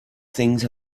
things